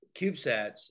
CubeSats